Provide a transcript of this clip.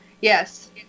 Yes